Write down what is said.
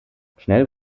schnell